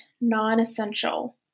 non-essential